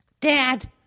Dad